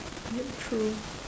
look through